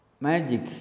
Magic